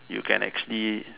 you can actually